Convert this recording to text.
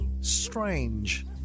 Strange